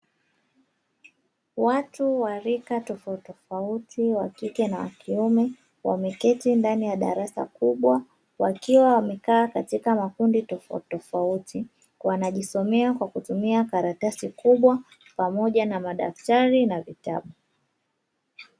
Watu wa rika tofautitofauti wa kike na wa kiume, wameketi ndani ya darasa kubwa, wakiwa wamekaa katika makundi tofauti tofauti wanajisomea kwa kutumia karatasi kubwa pamoja na madaktari na vitabu.